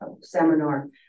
seminar